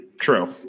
True